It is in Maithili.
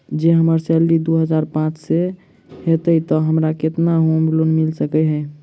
जँ हम्मर सैलरी दु हजार पांच सै हएत तऽ हमरा केतना होम लोन मिल सकै है?